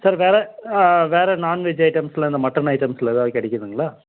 sir வேறு ஆ வேறு நான்வெஜ் ஐட்டம்ஸில் அந்த மட்டன் ஐட்டம்ஸில் எதாவது கிடைக்குதுங்ளா